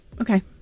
Okay